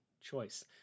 choice